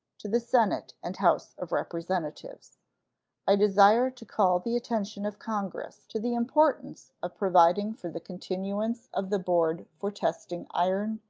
to the senate and house of representatives i desire to call the attention of congress to the importance of providing for the continuance of the board for testing iron,